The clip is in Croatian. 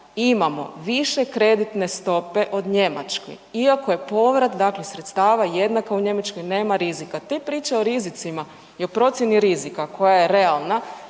imamo više kreditne stope od Njemačke iako je je povrat dakle sredstava jednak, a u Njemačkoj nema rizika. Te priče o rizicima i o procjeni rizika koja je realna